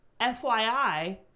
FYI